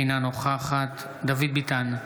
אינה נוכחת דוד ביטן,